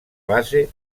base